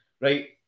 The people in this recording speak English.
right